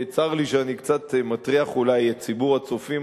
צר לי שאני מטריח אולי את ציבור הצופים